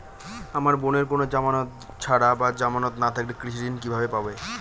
আমার বোনের কোন জামানত ছাড়া বা জামানত না থাকলে কৃষি ঋণ কিভাবে পাবে?